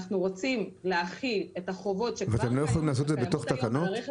אנחנו רוצים להחיל את החובות שכבר קיימים --- לנה,